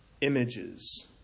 images